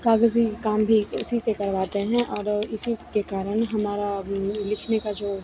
कागज़ी काम भी उसी से करवाते हैं और इसी के कारण हमारा लिखने का जो